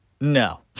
No